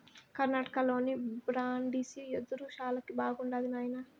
కర్ణాటకలోని బ్రాండిసి యెదురు శాలకి బాగుండాది నాయనా